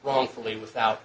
wrongfully without